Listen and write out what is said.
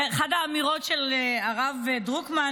אחת האמירות של הרב דרוקמן,